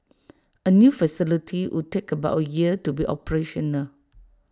A new facility would take about A year to be operational